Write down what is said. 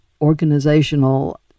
organizational